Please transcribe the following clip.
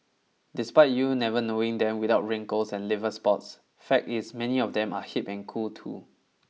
despite you never knowing them without wrinkles and liver spots fact is many of them are hip and cool too